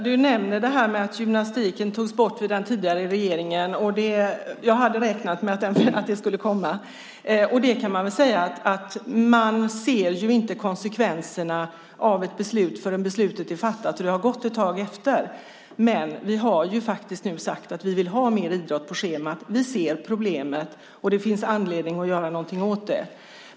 Fru talman! Gunvor nämner att gymnastiken togs bort av en tidigare regering. Jag hade räknat med att det skulle komma upp. Man ser inte konsekvenserna av ett beslut förrän beslutet är fattat och det har gått en tid. Vi har nu sagt att vi vill ha mer idrott på schemat. Vi ser problemet, och det finns anledning att göra någonting åt det.